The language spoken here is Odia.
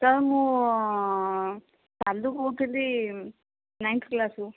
ସାର୍ ମୁଁ ଶାଲୁ କହୁଥିଲି ନାଇଁଥ କ୍ଲାସ୍ ରୁ